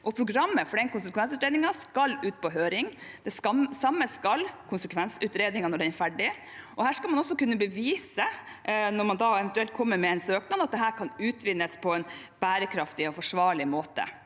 programmet for den konsekvensutredningen skal ut på høring. Det samme skal konsekvensutredningen når den er ferdig. Her skal man også kunne bevise, når man eventuelt kommer med en søknad, at det kan utvinnes på en bærekraftig og forsvarlig måte.